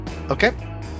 Okay